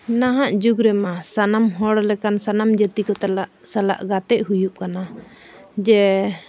ᱱᱟᱦᱟᱜ ᱡᱩᱜᱽᱨᱮ ᱢᱟ ᱥᱟᱱᱟᱢ ᱦᱚᱲ ᱞᱮᱠᱟᱱ ᱥᱟᱱᱟᱢ ᱡᱟᱹᱛᱤ ᱠᱚ ᱥᱟᱞᱟᱜ ᱜᱟᱛᱮᱜ ᱦᱩᱭᱩᱜ ᱠᱟᱱᱟ ᱡᱮ